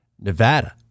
Nevada